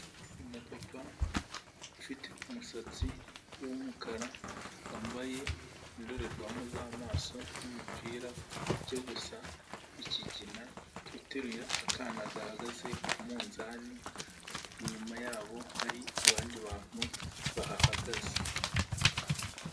Umupapa ufite umusatsi w'umukara wambaye indorerwamo z'amaso n'umupira ujya gusa ikigina, uteruye akana gahagaze ku munzani, inyuma yabo hari abandi bantu bahahagaze.